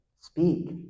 speak